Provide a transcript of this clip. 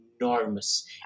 enormous